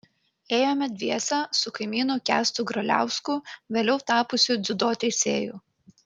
ėjome dviese su kaimynu kęstu graliausku vėliau tapusiu dziudo teisėju